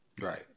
Right